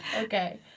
okay